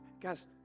guys